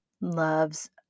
Loves